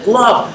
love